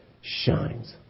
shines